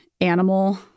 animal